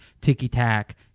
ticky-tack